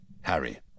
Harry